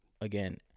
again